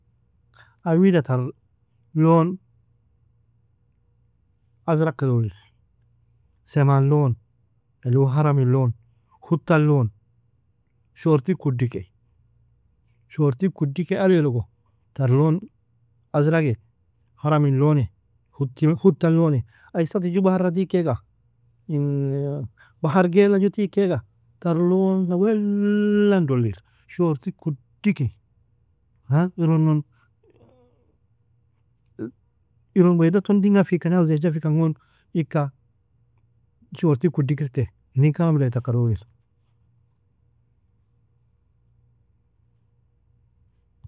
Ay wida tar لون ازرق ka dolir seman لون haramin لون hutan لون shorti kudike shorti kudike alelogo tar لون اورق haramin لون hut_hutan لون ai isata jue bahara tikaiga in bahar gaila jue tikaiga tar لون ga wellan dolir shorti kudike ironno iron wea doton dingfikan aw zahijafi kan gon ika shorti kudikirte inin karamido ai tak dolir.